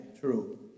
true